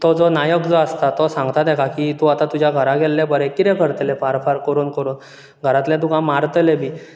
तो जो नायक जो आसता तो सांगता तेका की तूं आता तुज्या घरा गेल्लें बरें कितें करतलें फार फार करून करून घरांतले तुका मारतले बी